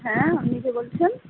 হ্যাঁ আপনি কে বলছেন